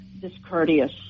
discourteous